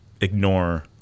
ignore